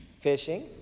Fishing